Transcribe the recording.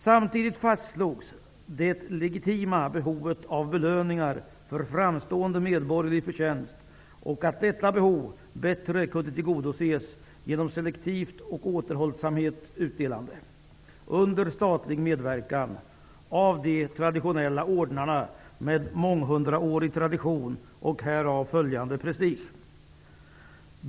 Samtidigt fastslogs det legitima behovet av belöningar för framstående medborgerlig förtjänst och att detta behov bättre kunde tillgodoses genom selektivt och återhållsamt utdelande, under statlig medverkan, av traditionella ordnar med månghundraårig tradition och härav följande prestige.